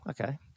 Okay